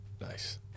nice